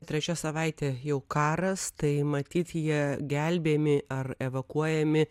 trečia savaitė jau karas tai matyt jie gelbėjami ar evakuojami